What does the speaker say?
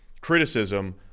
criticism